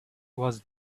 was